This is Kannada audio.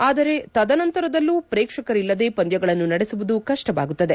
ಆದರೆ ತದನಂತರದಲ್ಲೂ ಪ್ರೇಕ್ಷಕರಿಲ್ಲದೆ ಪಂದ್ಚಗಳನ್ನು ನಡೆಸುವುದು ಕಷ್ಟವಾಗುತ್ತದೆ